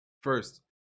First